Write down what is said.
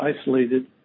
isolated